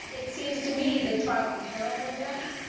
it seems to me that trials are terrible at that.